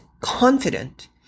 confident